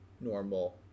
normal